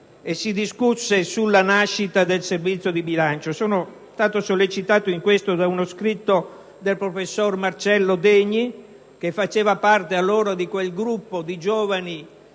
si discusse cioè della nascita del Servizio del bilancio. Sono stato sollecitato in questo da uno scritto del professor Marcello Degni, che allora faceva parte di quel gruppo di giovani